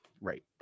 Right